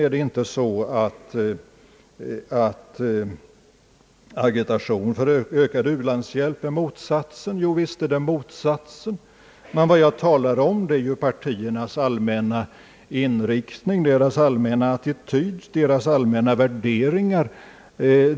Är inte, frågar han, agitation för ökad u-landshjälp motsatsen? Visst är det motsatsen. Men vad jag talade om var partiernas allmänna inriktning, deras allmänna attityd och deras allmänna värderingar.